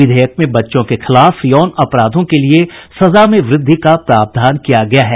विधेयक में बच्चों के खिलाफ यौन अपराधों के लिए सजा में वृद्धि का प्रावधान किया गया है